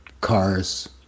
cars